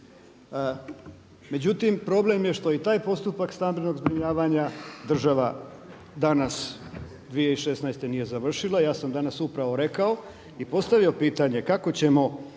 međutim problem je što i taj postupak stambenog zbrinjavanja država danas 2016. nije završila. Ja sam upravo danas rekao i postavio pitanje, kako ćemo